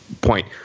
point